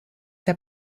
der